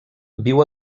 viu